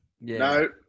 No